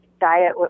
diet